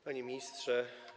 Panie Ministrze!